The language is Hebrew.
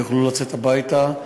יוכלו לצאת אתו הביתה.